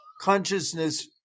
Consciousness